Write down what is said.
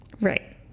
Right